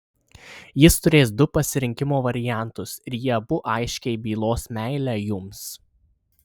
jis turės du pasirinkimo variantus ir jie abu aiškiai bylos meilę jums